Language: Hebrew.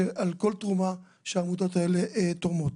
על כל תרומה שהעמותות האלה תורמות.